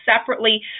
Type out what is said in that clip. separately